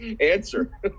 answer